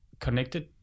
connected